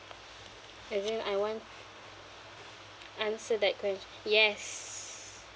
as in I want answer that ques~ yes